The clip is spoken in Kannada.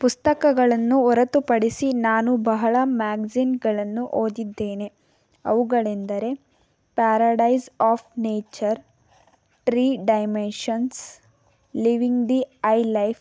ಪುಸ್ತಕಗಳನ್ನು ಹೊರತುಪಡಿಸಿ ನಾನು ಬಹಳ ಮ್ಯಾಗಝಿನ್ಗಳನ್ನು ಓದಿದ್ದೇನೆ ಅವುಗಳೆಂದರೆ paradise of nature three dimensions living the I life